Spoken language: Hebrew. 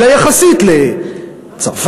אלא יחסית לצרפת,